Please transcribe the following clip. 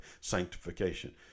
sanctification